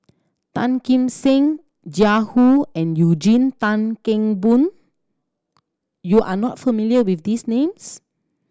Tan Kim Seng Jiang Hu and Eugene Tan Kheng Boon you are not familiar with these names